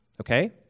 okay